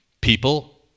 people